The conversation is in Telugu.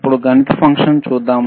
ఇప్పుడు గణిత ఫంక్షన్ చూద్దాం